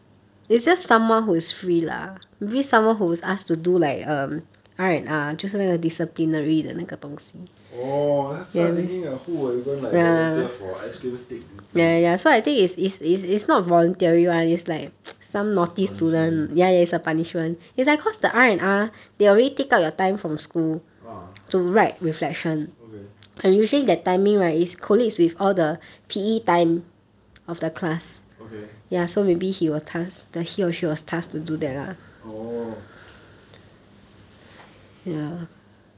orh that's why I'm thinking like who will even like volunteer for ice cream stick duty is his punishment ah okay okay oh